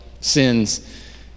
sins